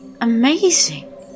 amazing